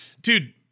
Dude